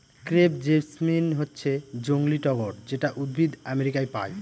crepe jasmine হচ্ছে জংলী টগর যেটা উদ্ভিদ আমেরিকায় পায়